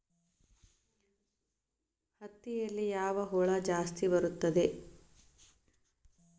ಹತ್ತಿಯಲ್ಲಿ ಯಾವ ಹುಳ ಜಾಸ್ತಿ ಬರುತ್ತದೆ?